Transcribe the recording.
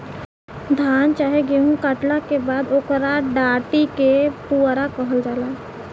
धान चाहे गेहू काटला के बाद ओकरा डाटी के पुआरा कहल जाला